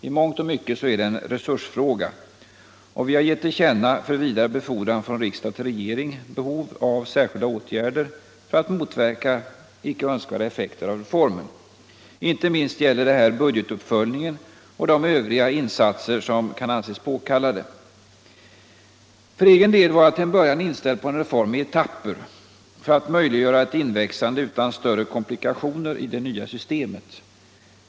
I mångt och mycket är det en resursfråga, och vi har gett till känna — för vidare befordran från riksdag till regering — behov av särskilda åtgärder för att motverka icke önskvärda effekter av reformen. Inte minst gäller detta budgetuppföljningen och de övriga insatser som kan anses påkallade. För egen del var jag till en början inställd på en reform i etapper för att möjliggöra ett inväxande utan större komplikationer i det nya systemet.